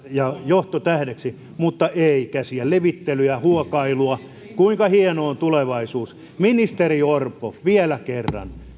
ja johtotähdeksi mutta ei käsien levittelyä ja huokailua kuinka hieno on tulevaisuus ministeri orpo vielä kerran